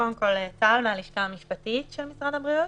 טל, מהלשכה המשפטית של משרד הבריאות,